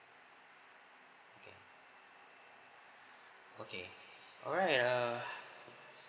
okay okay alright err